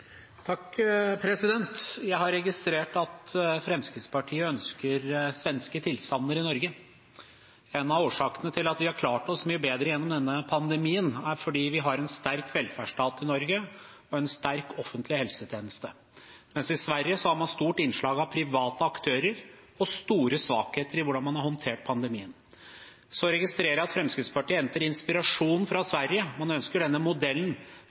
at vi har en sterk velferdsstat i Norge og en sterk offentlig helsetjeneste, mens i Sverige har man stort innslag av private aktører og store svakheter i hvordan man har håndtert pandemien. Jeg registrerer at Fremskrittspartiet henter inspirasjon fra Sverige. Man ønsker modellen